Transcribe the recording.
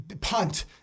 punt